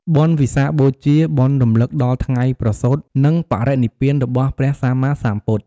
បុណ្យវិសាខបូជា បុណ្យរំលឹកដល់ថ្ងៃប្រសូត ត្រាស់ដឹង និងបរិនិព្វានរបស់ព្រះសម្មាសម្ពុទ្ធ។